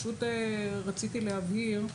רציתי להבהיר.